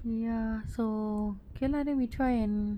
ya so can ah then we try and